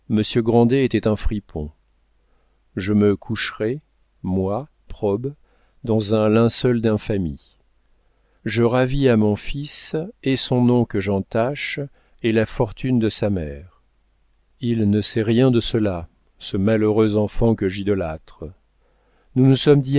grandet était un fripon je me coucherai moi probe dans un linceul d'infamie je ravis à mon fils et son nom que j'entache et la fortune de sa mère il ne sait rien de cela ce malheureux enfant que j'idolâtre nous nous sommes dit